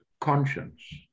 conscience